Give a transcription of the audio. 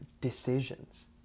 decisions